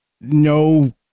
no